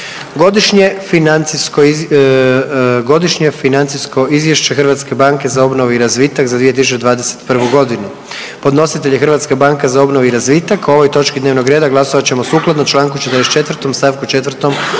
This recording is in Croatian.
Godišnje financijsko izvješće Hrvatske banke za obnovu i razvitak za 2021. godinu. Podnositelj je Hrvatska banka za obnovu i razvitak. O ovoj točki dnevnog reda glasovat ćemo sukladno Članku 44. stavku 4.